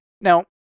Now